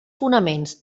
fonaments